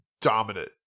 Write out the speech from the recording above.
dominant